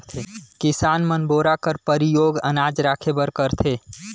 किसान मन बोरा कर परियोग अनाज राखे बर करथे